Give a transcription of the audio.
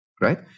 right